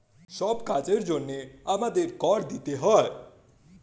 সব কাজের জন্যে আমাদের কর দিতে হয়